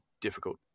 difficult